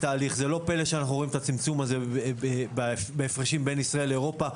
פלא שאנחנו רואים את הצמצום הזה בהפרשים בין ישראל לאירופה.